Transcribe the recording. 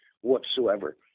whatsoever